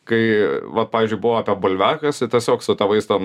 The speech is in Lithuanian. kai vat pavyzdžiui buvo apie bulviakasį tiesiog su tėvais ten